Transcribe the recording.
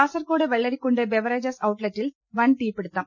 Kasaragod Vellarikundu beverages ഔട്ട്ലെറ്റിൽ വൻതീപിടുത്തം